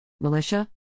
militia